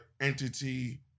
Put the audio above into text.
entity